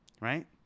Right